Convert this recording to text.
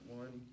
one